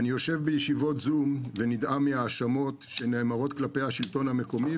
אני יושב בישיבות זום ונדהם מהאשמות שנאמרות כלפי השלטון המקומי,